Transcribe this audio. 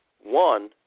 one